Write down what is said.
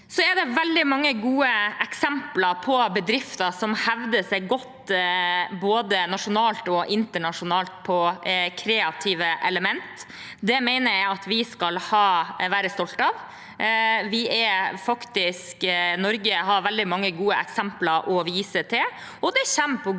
veldig mange gode eksempler på bedrifter som hevder seg godt både nasjonalt og internasjonalt på kreative elementer. Det mener jeg at vi skal være stolt av. Norge har veldig mange gode eksempler å vise til.